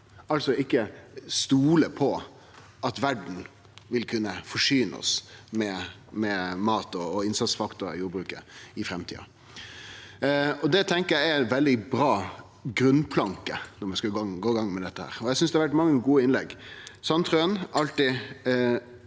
altså ikkje stole på at verda vil kunne forsyne oss med mat og innsatsfaktorar i jordbruket i framtida. Det tenkjer eg er ein veldig bra grunnplanke når vi skal gå i gang med dette. Eg synest det har vore mange gode innlegg. Sandtrøen er alltid